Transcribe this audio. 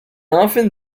often